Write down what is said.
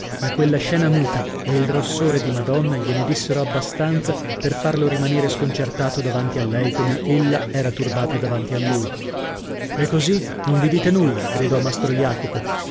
ma quella scena muta e il rossore di madonna gliene dissero abbastanza per farlo rimanere sconcertato davanti a lei com'ella era turbata davanti a lui e così non vi dite nulla gridò mastro jacopo